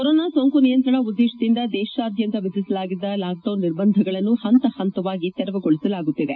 corona ಸೋಂಕು ನಿಯಂತ್ರಣ ಉದ್ದೇಶದಿಂದ ದೇಶಾದ್ಯಂತ ವಿಧಿಸಲಾಗಿದ್ದ ಲಾಕ್ಡೌನ್ ನಿರ್ಬಂಧಗಳನ್ನು ಪಂತ ಪಂತವಾಗಿ ತೆರವುಗೊಳಿಸಲಾಗುತ್ತಿದೆ